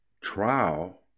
trial